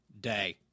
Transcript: day